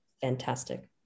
fantastic